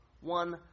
one